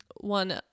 one